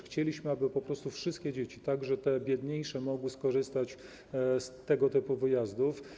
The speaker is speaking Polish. Chcieliśmy, aby wszystkie dzieci, także te biedniejsze, mogły skorzystać z tego typu wyjazdów.